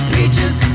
Peaches